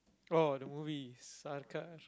orh the movie